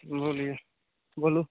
बोलिए बोलू